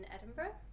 Edinburgh